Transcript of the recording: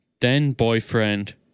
then-boyfriend